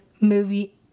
movie